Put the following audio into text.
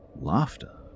Laughter